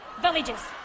Villages